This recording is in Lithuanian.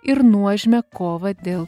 ir nuožmią kovą dėl